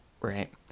right